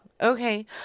Okay